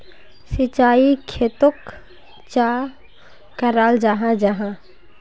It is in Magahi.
सिंचाई खेतोक चाँ कराल जाहा जाहा?